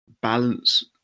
balance